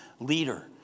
Leader